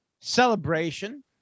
celebration